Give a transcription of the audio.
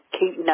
keep